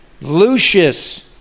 Lucius